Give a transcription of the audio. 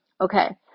Okay